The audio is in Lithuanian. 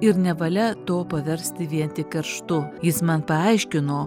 ir nevalia to paversti vien tik kerštu jis man paaiškino